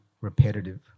repetitive